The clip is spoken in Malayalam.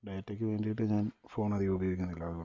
ഡേറ്റയ്ക്ക് വേണ്ടിയിട്ട് ഞാൻ ഫോൺ അധികം ഉപോഗിക്കുന്നില്ല അതുകൊണ്ട്